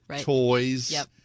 toys